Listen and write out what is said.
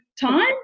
time